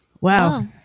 wow